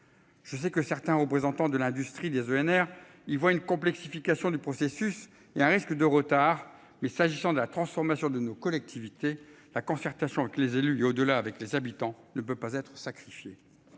Je sais que certains représentants de l'industrie des ENR il voit une complexification du processus, il y a un risque de retard mais s'agissant de la transformation de nos collectivités. La concertation avec les élus et au-delà avec les habitants ne peut pas être sacrifié.